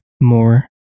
more